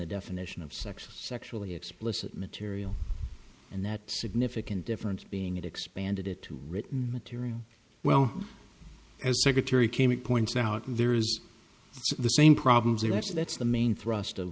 the definition of sexist sexually explicit material and that significant difference being it expanded it to written material well as secretary came it points out there is the same problems there that's that's the main thrust of